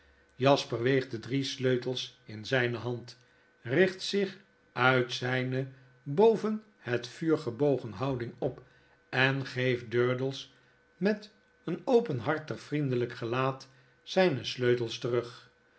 jasper weegt de drie sleutels inzpehand richt zich uit zpe boven het vuur gebogen houding op en geeft durdels met en openhartig vriendelijk gelaat zijne sleutels terdg